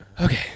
Okay